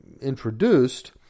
introduced